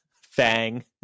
Fang